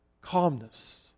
calmness